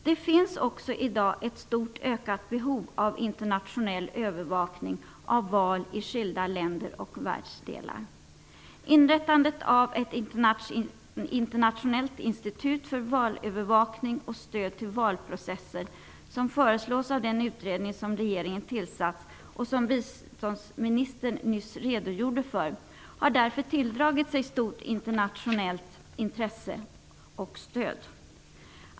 Det finns också i dag ett stort och ökat behov av internationell övervakning av val i skilda länder och världsdelar. Inrättandet av ett internationellt institut för valövervakning och stöd till valprocesser, som föreslås av den utredning som regeringen tillsatt och som biståndsministern nyss redogjorde för, har därför tilldragit sig stort internationellt intresse och stöd.